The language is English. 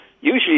Usually